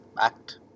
act